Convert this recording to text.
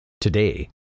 Today